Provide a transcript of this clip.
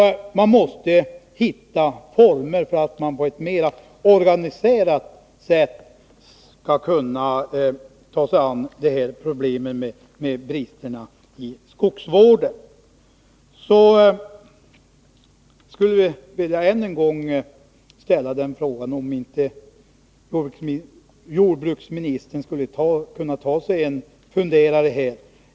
Man måste hitta former för att på ett mera organiserat sätt ta sig an problemet med bristerna i skogsvården. Jag skulle än en gång vilja ställa frågan om inte jordbruksministern skulle kunna ta sig en funderare.